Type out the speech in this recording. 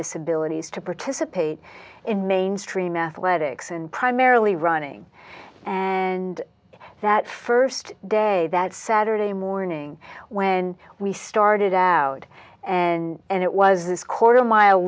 disabilities to participate in mainstream athletics and primarily running and that st day that saturday morning when we started out and it was this quarter mile